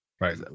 right